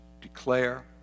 declare